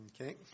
Okay